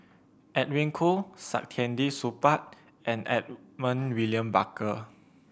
Edwin Koo Saktiandi Supaat and Edmund William Barker